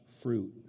fruit